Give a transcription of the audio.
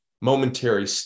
momentary